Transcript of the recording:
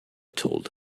told